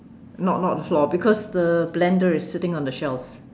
not not the floor because the blender is sitting on the shelves